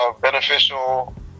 beneficial